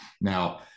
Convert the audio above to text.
Now